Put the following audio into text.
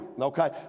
okay